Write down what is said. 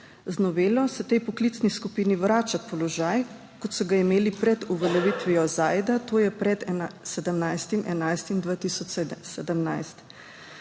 Z novelo se tej poklicni skupini vrača položaj, kot so ga imeli pred uveljavitvijo ZAID, to je pred 17. 11. 2017.